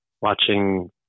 watching